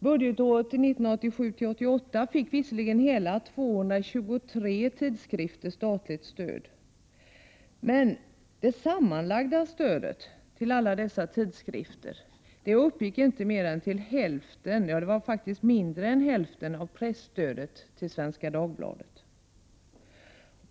Budgetåret 1987/88 fick visserligen hela 223 tidskrifter statligt stöd. Men det sammanlagda stödet till alla dessa tidskrifter uppgick till ett belopp som var mindre än hälften av presstödet till Svenska Dagbladet.